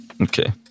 Okay